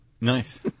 Nice